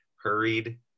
Hurried